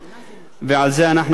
ועל זה אנחנו מצרים,